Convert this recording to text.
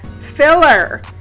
filler